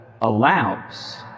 allows